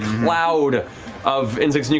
cloud of insects